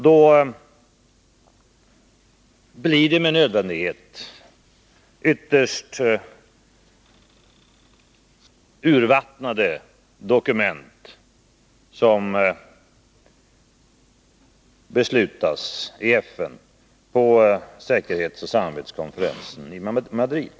Då blir det med nödvändighet ytterst urvattnade dokument som beslutas i FN och på säkerhetsoch samarbetskonferensen i Madrid.